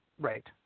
Right